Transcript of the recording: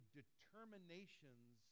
determinations